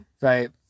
Right